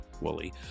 Wooly